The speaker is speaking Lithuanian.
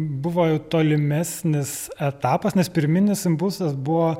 buvo tolimesnis etapas nes pirminis impulsas buvo